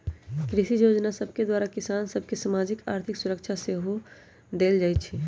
कृषि जोजना सभके द्वारा किसान सभ के सामाजिक, आर्थिक सुरक्षा सेहो देल जाइ छइ